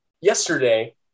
yesterday